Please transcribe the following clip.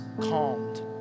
calmed